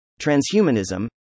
Transhumanism